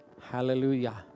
hallelujah